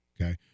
Okay